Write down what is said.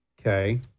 Okay